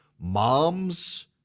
Moms